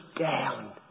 down